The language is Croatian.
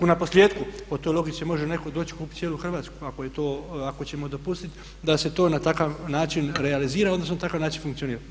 Na posljetku po toj logici može netko doći i kupiti cijelu Hrvatsku, ako ćemo dopustiti da se to na takav način realizira odnosno na takav način funkcionira.